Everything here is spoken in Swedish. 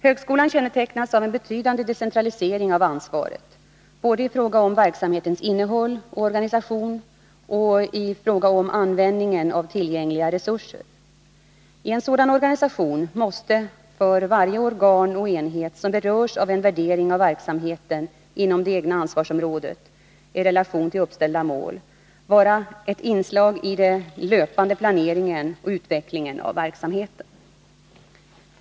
Högskolan kännetecknas av en betydande decentralisering av ansvaret både i fråga om verksamhetens innehåll och organisation och i fråga om användningen av tillgängliga resurser. I en sådan organisation måste för varje organ och enhet som berörs en värdering av verksamheten inom det egna ansvarsområdet i relation till uppställda mål vara ett inslag i den löpande planeringen och utvecklingen av verksamheten.